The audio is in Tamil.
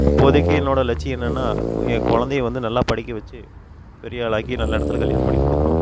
இப்போதைக்கு என்னோடய லட்சியம் என்னென்னா என் குழந்தைய வந்து நல்லா படிக்க வச்சி பெரிய ஆளாக்கி நல்ல இடத்துல கல்யாணம் பண்ணி கொடுக்கணும்